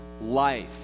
Life